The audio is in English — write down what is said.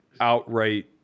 outright